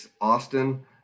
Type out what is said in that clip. Austin